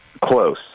Close